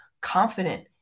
confident